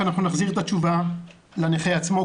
שאנחנו נחזיר תשובה לנכה עצמו,